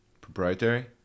Proprietary